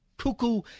Cuckoo